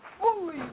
fully